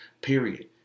period